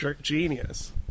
genius